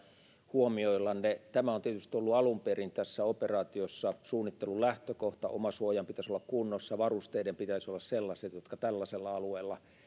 huomioilla tämä on tietysti ollut alun perin tässä operaatiossa suunnittelun lähtökohta omasuojan pitäisi olla kunnossa varusteiden pitäisi olla sellaiset jotka tällaisella alueella